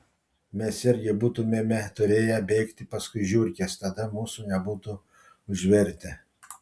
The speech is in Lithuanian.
mes irgi būtumėme turėję bėgti paskui žiurkes tada mūsų nebūtų užvertę